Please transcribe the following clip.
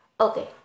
Okay